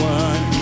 one